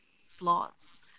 slots